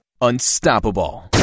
unstoppable